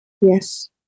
Yes